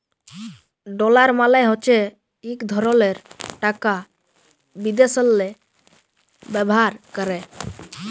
dollar মালে হছে ইক ধরলের টাকা বিদ্যাশেল্লে ব্যাভার ক্যরে